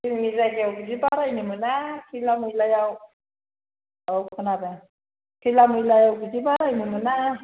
जोंनि जायगायाव बिदि बारायनो मोना खैला मैलायाव औ खोनादों खैला मैलायाव बिदि बारायनो मोना